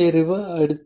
ആവശ്യമുള്ള